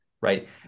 Right